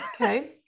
Okay